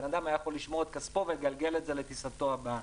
אדם היה יכול לשמור את כספו ולגלגל את זה לטיסתו הבאה.